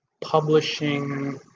publishing